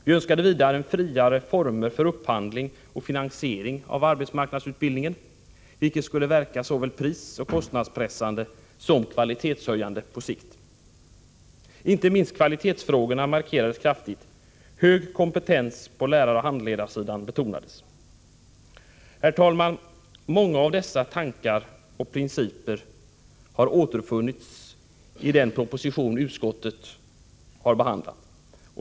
Vi önskade också friare former för upphandling och finansiering av arbetsmarknadsutbildning, vilket skulle verka såväl prisoch kostnadspressande som kvalitetshöjande på sikt. Inte minst kvalitetsfrågorna markerades kraftigt. Vikten av hög kompetens hos lärare och handledare betonades. Herr talman! Många av dessa tankar och principer återfinns i den proposition som utskottet har behandlat.